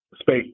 space